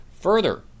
Further